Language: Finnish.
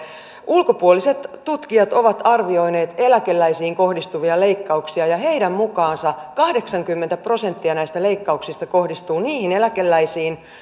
ulkopuoliset tutkijat ovat arvioineet eläkeläisiin kohdistuvia leikkauksia ja heidän mukaansa kahdeksankymmentä prosenttia näistä leikkauksista kohdistuu niihin eläkeläisiin